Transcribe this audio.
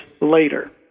later